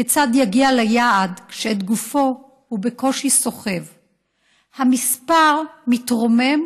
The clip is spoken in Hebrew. כיצד יגיע ליעד כשאת גופו הוא בקושי סוחב / המספר מתרומם